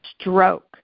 stroke